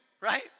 right